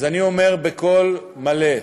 אני אומר בקול מלא: